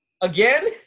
Again